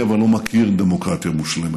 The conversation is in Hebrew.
אבל אני לא מכיר דמוקרטיה מושלמת,